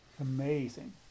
amazing